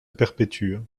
perpétuent